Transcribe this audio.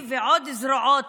היא ועוד זרועות